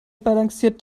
balanciert